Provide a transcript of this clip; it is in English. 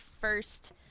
first